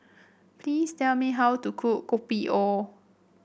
please tell me how to cook Kopi O